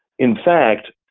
in fact,